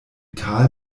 tal